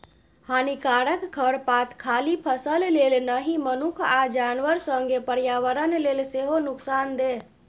हानिकारक खरपात खाली फसल लेल नहि मनुख आ जानबर संगे पर्यावरण लेल सेहो नुकसानदेह